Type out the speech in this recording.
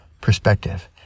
perspective